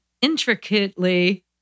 intricately